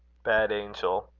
bad angel.